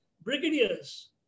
brigadiers